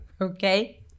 okay